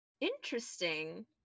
Interesting